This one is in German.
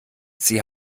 sie